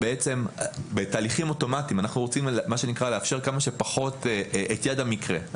שבתהליכים אוטומטיים אנחנו רוצים לאפשר כמה שפחות את יד המקרה.